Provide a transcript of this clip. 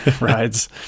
rides